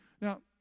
Now